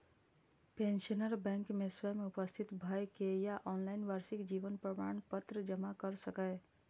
pensioner bank मे स्वयं उपस्थित भए के या ऑनलाइन वार्षिक जीवन प्रमाण पत्र जमा कैर सकैए